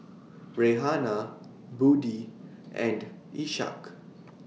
Raihana Budi and Ishak